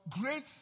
great